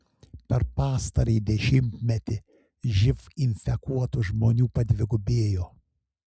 per pastarąjį dešimtmetį živ infekuotų žmonių padvigubėjo